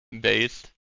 Based